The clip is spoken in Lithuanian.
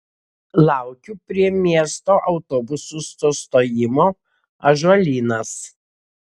laukiu prie miesto autobusų sustojimo ąžuolynas